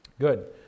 Good